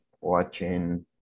watching